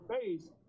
face